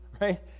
right